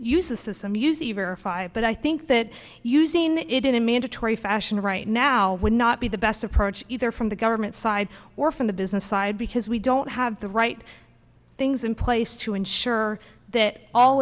use the system use a very five but i think that using it in a mandatory fashion right now would not be the best approach either from the government side or from the business side because we don't have the right things in place to ensure that all